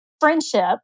friendship